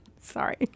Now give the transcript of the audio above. Sorry